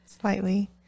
Slightly